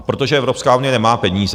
Protože Evropská unie nemá peníze.